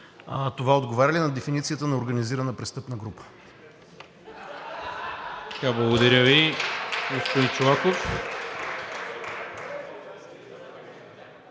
това отговаря ли на дефиницията на организирана престъпна група?